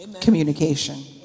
communication